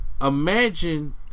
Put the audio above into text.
imagine